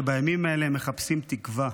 ובימים האלה הם מחפשים תקווה.